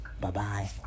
Bye-bye